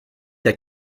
der